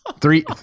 Three